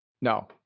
No